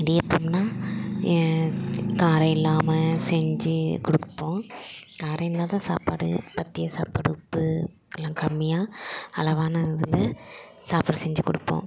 இடியப்பம்னால் காரம் இல்லாமல் செஞ்சு கொடுத்துப்போம் காரம் இல்லாத சாப்பாடு பத்திய சாப்பாடு உப்பு எல்லாம் கம்மியாக அளவான இதில் சாப்பாடு செஞ்சு கொடுப்போம்